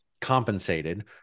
compensated